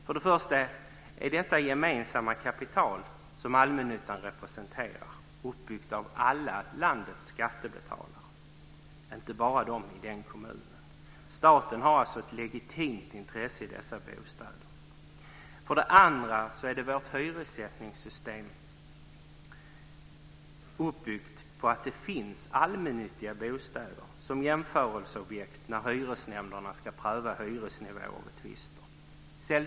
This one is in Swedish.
För det första är detta ett gemensamt kapital som allmännyttan representerar uppbyggt av alla landets skattebetalare, inte bara skattebetalare i den kommunen. Staten har alltså ett legitimt intresse i dessa bostäder. För det andra är vårt hyressättningssystem uppbyggt på att det finns allmännyttiga bostäder som jämförelseobjekt när hyresnämnderna ska pröva hyresnivån vid tvister.